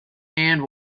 and